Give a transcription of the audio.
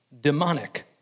demonic